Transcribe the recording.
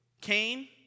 Cain